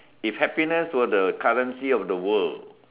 if happiness were the currency of the world